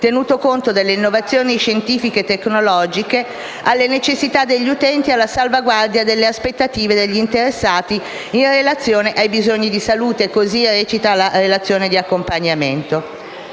tenuto conto delle innovazioni scientifiche e tecnologiche, alle necessità degli utenti e alla salvaguardia delle aspettative degli interessati in relazione ai bisogni di salute" (così la relazione d'accompagnamento).